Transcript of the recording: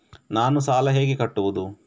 ನಾನು ಸಾಲ ಹೇಗೆ ಕಟ್ಟುವುದು?